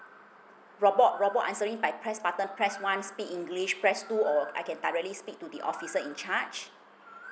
robot robot answering by press button press one speak english press two or I can thoroughly speak to the officer in charge